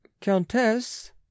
countess